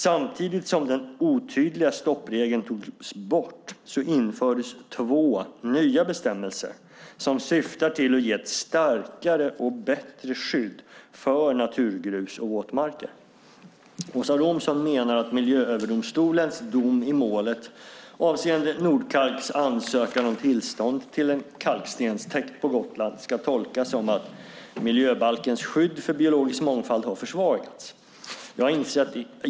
Samtidigt som den otydliga stoppregeln togs bort infördes två nya bestämmelser som syftar till att ge ett starkare och bättre skydd för naturgrus och våtmarker. Åsa Romson menar att Miljööverdomstolens dom i målet avseende Nordkalks ansökan om tillstånd till en kalkstenstäkt på Gotland ska tolkas som att miljöbalkens skydd för biologisk mångfald har försvagats.